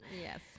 yes